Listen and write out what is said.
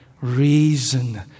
Reason